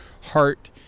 heart